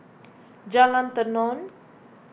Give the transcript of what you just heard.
Jalan Tenon